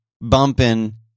bumping